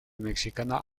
mexicana